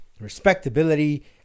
respectability